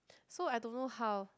so I don't know how